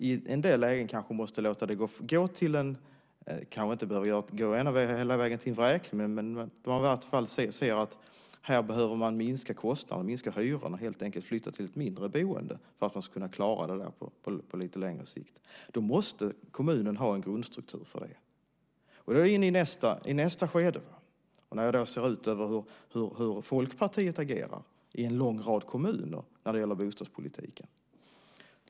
I en del lägen - man behöver kanske inte låta det gå hela vägen till en vräkning - måste man se till att minska kostnaderna, minska hyrorna genom att flytta till ett mindre boende för att klara det på lite längre sikt. Då måste kommunen ha en grundstruktur för det. Då är vi inne i nästa skede där jag ser hur Folkpartiet agerar i en lång rad kommuner när det gäller bostadspolitiken.